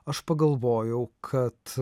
aš pagalvojau kad